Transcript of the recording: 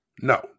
No